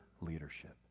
leadership